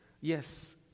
yes